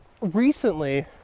recently